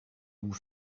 vous